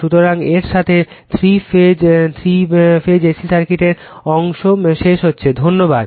সুতরাং এর সাথে three phase three phase AC সার্কিটের অংশ শেষ হচ্ছে ধন্যবাদ